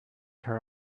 her